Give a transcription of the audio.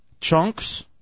chunks